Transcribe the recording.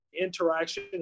interaction